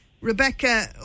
Rebecca